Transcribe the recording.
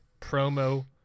promo